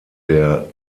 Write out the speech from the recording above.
der